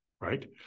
right